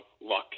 luck